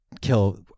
kill